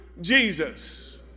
Jesus